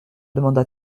demanda